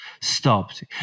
stopped